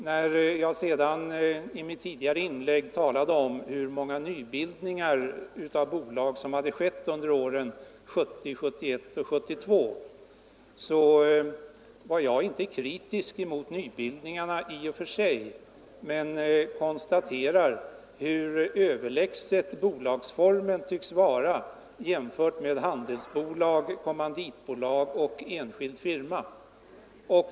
När jag i mitt tidigare inlägg talade om hur många nybildningar av bolag som skett under åren 1970-1972, var jag inte kritisk mot nybildningar i och för sig. Men jag konstaterade hur överlägsen bolagsformen tycks vara jämfört med handelsbolag, kommanditbolag och enskild firma.